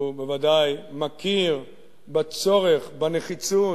הוא בוודאי מכיר בצורך ובנחיצות,